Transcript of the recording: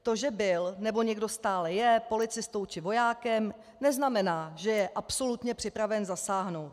To, že někdo byl nebo stále je policistou či vojákem, neznamená, že je absolutně připraven zasáhnout.